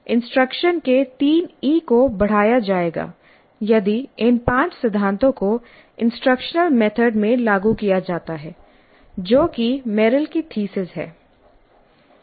instruction के तीन E को बढ़ाया जाएगा यदि इन पांच सिद्धांतों को इंस्ट्रक्शनल मेथड में लागू किया जाता है जो कि मेरिल की थीसिस Merrill's thesisहै